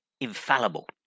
infallible